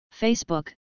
Facebook